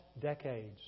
decades